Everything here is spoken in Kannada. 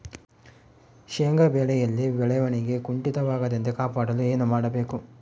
ಶೇಂಗಾ ಬೆಳೆಯಲ್ಲಿ ಬೆಳವಣಿಗೆ ಕುಂಠಿತವಾಗದಂತೆ ಕಾಪಾಡಲು ಏನು ಮಾಡಬೇಕು?